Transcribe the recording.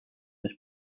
this